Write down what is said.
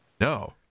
No